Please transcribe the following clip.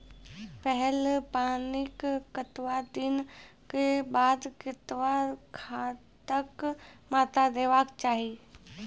पहिल पानिक कतबा दिनऽक बाद कतबा खादक मात्रा देबाक चाही?